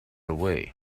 away